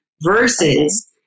versus